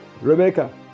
Rebecca